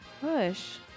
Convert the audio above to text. Push